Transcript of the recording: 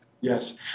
Yes